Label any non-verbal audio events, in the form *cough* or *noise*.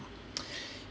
*noise*